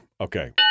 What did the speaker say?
Okay